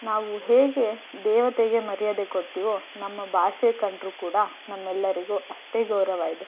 ನಾವು ಹೇಗೆ ದೇವತೆಗೆ ಮರ್ಯಾದೆ ಕೊಡ್ತೀವೋ ನಮ್ಮ ಭಾಷೆ ಕಂಡರೂ ಕೂಡ ನಮ್ಮೆಲ್ಲರಿಗೂ ಅಷ್ಟೇ ಗೌರವ ಇದೆ